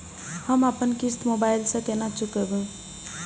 हम अपन किस्त मोबाइल से केना चूकेब?